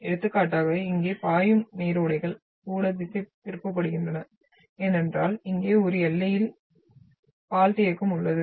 எடுத்துக்காட்டாக இங்கே பாயும் நீரோடைகள் கூட திசைதிருப்பப்படுகின்றன ஏனென்றால் இங்கே ஒரு எல்லையில் பால்ட் இயக்கம் உள்ளது